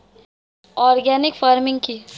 Organic farming কি?